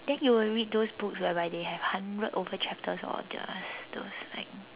then you will read those books whereby they have hundred over chapters or just those like